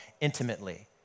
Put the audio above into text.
intimately